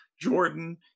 Jordan